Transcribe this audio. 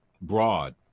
broad